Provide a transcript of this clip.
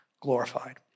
glorified